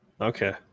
Okay